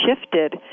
shifted